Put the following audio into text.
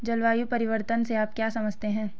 जलवायु परिवर्तन से आप क्या समझते हैं?